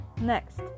Next